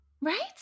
Right